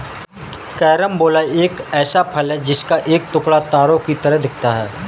carambola एक ऐसा फल है जिसका एक टुकड़ा तारों की तरह दिखता है